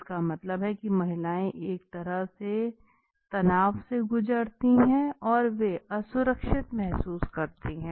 इसका मतलब है कि महिलाएं एक तरह के तनाव से गुज़रती हैं और वे असुरक्षित महसूस करती हैं